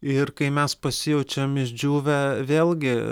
ir kai mes pasijaučiam išdžiūvę vėlgi